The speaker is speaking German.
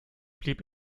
blieb